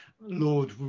lord